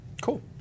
cool